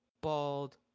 bald